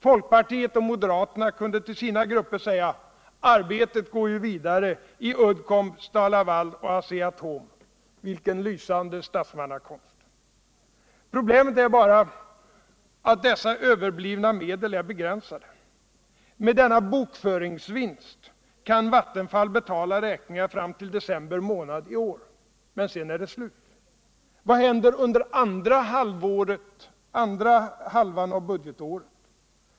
Folkpartiet och moderaterna kunde till sina grupper säga: Arbetet går vidare i Uddcomb, STAL-LAVAL och Asea-Atom. Vilken lysande statsmannakonst. Problemet är bara att dessa överblivna medel är begränsade. Med denna bokföringsvinst kan Vattenfall betala räkningar fram till december månad i år. Men sedan är det slut.